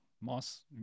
moss